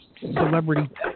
celebrity